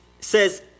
says